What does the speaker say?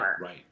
right